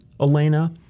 Elena